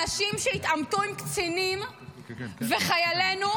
אנשים שהתעמתו עם קצינים ועם חיילינו,